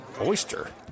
Oyster